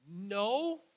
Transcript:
no